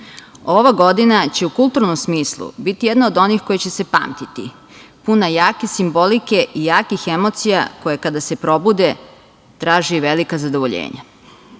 godina će u kulturnom smislu biti jedna od onih koja će se pamtiti, puna jake simbolike i jakih emocije koje kada se probude traže i velika zadovoljenja. Pripovest